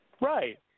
Right